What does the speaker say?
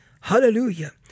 Hallelujah